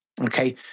Okay